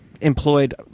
employed